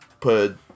put